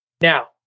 Now